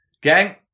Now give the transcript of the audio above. gang